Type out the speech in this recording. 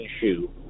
shoe